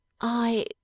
I—